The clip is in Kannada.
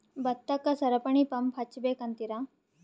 ಭತ್ತಕ್ಕ ಸರಪಣಿ ಪಂಪ್ ಹಚ್ಚಬೇಕ್ ಅಂತಿರಾ?